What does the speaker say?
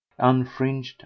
unfringed